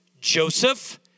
Joseph